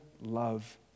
love